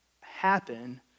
happen